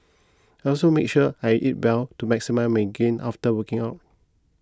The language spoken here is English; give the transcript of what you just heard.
I also make sure I eat well to maximise my gain after working out